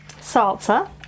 salsa